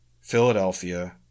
Philadelphia